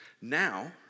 Now